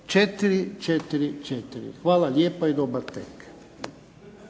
444. Hvala lijepa i dobar tek.